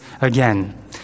again